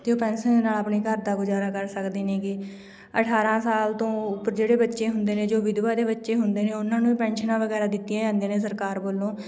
ਅਤੇ ਉਹ ਪੈਨਸ਼ਨ ਨਾਲ ਆਪਣੇ ਘਰ ਦਾ ਗੁਜ਼ਾਰਾ ਕਰ ਸਕਦੇ ਨੇਗੇ ਅਠਾਰਾਂ ਸਾਲ ਤੋਂ ਉੱਪਰ ਜਿਹੜੇ ਬੱਚੇ ਹੁੰਦੇ ਨੇ ਜੋ ਵਿਧਵਾ ਦੇ ਬੱਚੇ ਹੁੰਦੇ ਨੇ ਉਹਨਾਂ ਨੂੰ ਵੀ ਪੈਨਸ਼ਨਾਂ ਵਗੈਰਾ ਦਿੱਤੀਆਂ ਜਾਂਦੀਆਂ ਨੇ ਸਰਕਾਰ ਵੱਲੋਂ